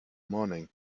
morning